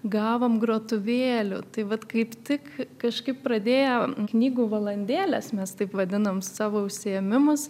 gavom grotuvėlių tai vat kaip tik kažkaip pradėjo knygų valandėles mes taip vadinam savo užsiėmimus